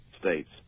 States